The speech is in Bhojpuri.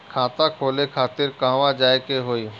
खाता खोले खातिर कहवा जाए के होइ?